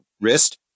wrist